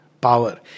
Power